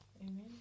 Amen